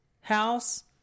house